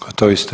Gotovi ste.